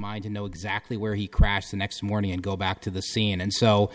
mind to know exactly where he crashed the next morning and go back to the scene and so